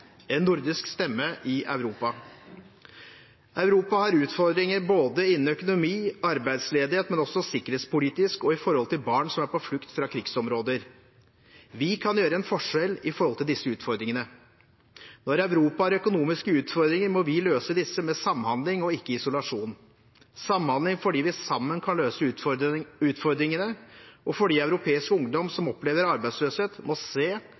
en nordisk stemme i Europa. Europa har utfordringer innen økonomi og arbeidsledighet, men også sikkerhetspolitisk og med barn som er på flukt fra krigsområder. Vi kan gjøre en forskjell når det gjelder disse utfordringene. Når Europa har økonomiske utfordringer, må vi løse disse med samhandling og ikke med isolasjon – med samhandling fordi vi sammen kan løse utfordringene, og fordi europeisk ungdom som opplever arbeidsløshet, må se